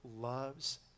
loves